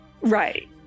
Right